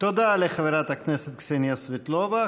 תודה לחברת הכנסת קסניה סבטלובה.